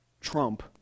trump